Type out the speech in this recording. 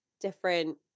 different